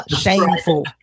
Shameful